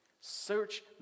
Search